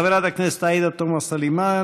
חברת הכנסת עאידה תומא סלימאן,